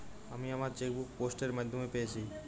আমি আমার chequebook post এর মাধ্যমে পেয়েছি